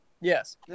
Yes